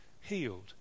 healed